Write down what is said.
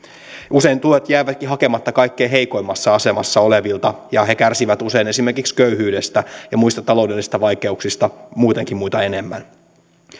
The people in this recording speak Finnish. usein tuet jäävätkin hakematta kaikkein heikoimmassa asemassa olevilta ja he kärsivät usein esimerkiksi köyhyydestä ja muista taloudellisista vaikeuksista muutenkin muita enemmän